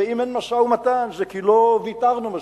ואם אין משא-ומתן, זה כי לא ויתרנו מספיק.